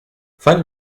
find